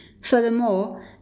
Furthermore